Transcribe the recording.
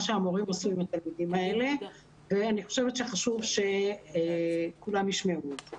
שהמורים עושים עם התלמידים האלה ואני חושבת שחשוב שכולם ישמעו על כך.